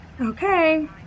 Okay